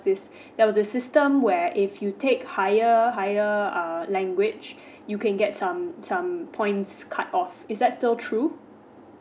this there was this system where if you take higher higher um language you can get some some points cut off is that still true